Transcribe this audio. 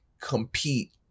compete